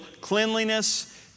cleanliness